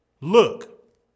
Look